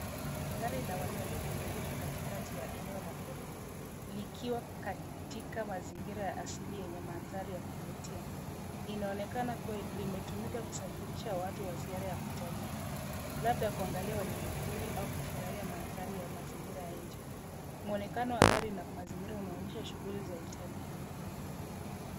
Gari la watalii limeegeshwa katika ya eneo la porini, likiwa katika mazingira ya asili yenye mandhari ya kuvutia. Inaonekana kuwa limetumika kusafirisha watu wa ziara ya utalii labda kuangalia wanyamapori au kufurahia mandhari ya mazingira ya nje. Mwonekano wa gari na mazingira unaonyesha shughuli za utalii.